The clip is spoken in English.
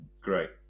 Great